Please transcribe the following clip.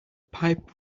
pipe